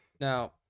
now